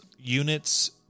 units